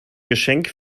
geschenk